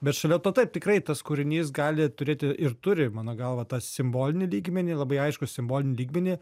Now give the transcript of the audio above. bet šalia to taip tikrai tas kūrinys gali turėti ir turi mano galva tą simbolinį lygmenį labai aiškų simbolinį lygmenį